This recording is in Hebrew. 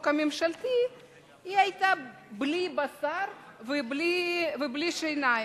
הממשלתי היתה בלי בשר ובלי שיניים,